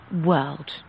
world